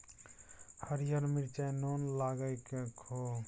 हरियर मिरचाई नोन लगाकए खो